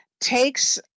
takes